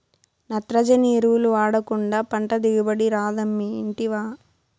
నత్రజని ఎరువులు వాడకుండా పంట దిగుబడి రాదమ్మీ ఇంటివా